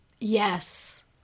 Yes